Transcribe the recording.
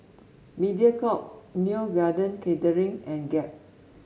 Mediacorp Neo Garden Catering and Gap